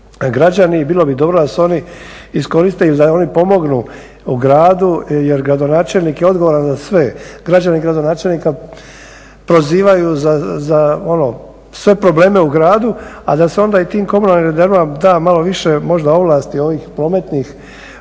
građani i bilo bi dobro da se oni iskoriste ili da oni pomognu u gradu jer gradonačelnik je odgovoran za sve. Građani gradonačelnika prozivaju za ono sve probleme u gradu, a da se onda i tim komunalnim redarima da malo više možda ovlasti ovih prometnih